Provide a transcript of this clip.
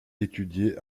étudié